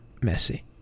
Messi